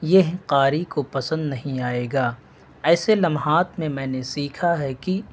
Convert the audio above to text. یہ قاری کو پسند نہیں آئے گا ایسے لمحات میں میں نے سیکھا ہے کہ